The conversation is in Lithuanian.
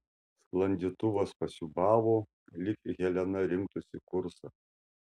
sklandytuvas pasiūbavo lyg helena rinktųsi kursą